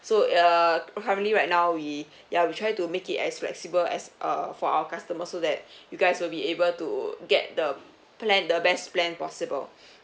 so err currently right now we ya we try to make it as flexible as uh for our customer so that you guys will be able to get the plan the best plan possible